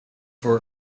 for